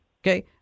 okay